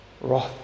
wrath